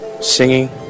Singing